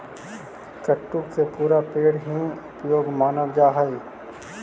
कुट्टू के पुरा पेड़ हीं उपयोगी मानल जा हई